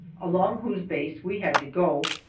along whose base we had to go,